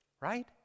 right